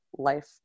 life